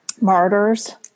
martyrs